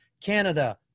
Canada